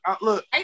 look